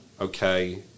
Okay